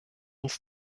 uns